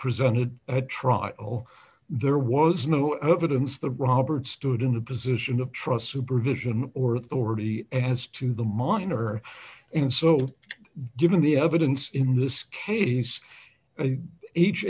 presented at trial there was no evidence that robert stood in the position of trust supervision or authority as to the minor and so given the evidence in this case